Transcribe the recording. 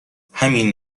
همین